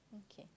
okay